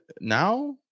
now